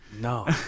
No